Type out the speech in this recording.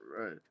Right